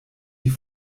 die